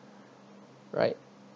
right